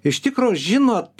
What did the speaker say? iš tikro žinot